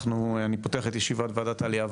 אני פותח את ישיבת ועדת העלייה,